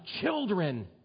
children